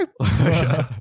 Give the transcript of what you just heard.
okay